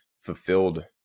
fulfilled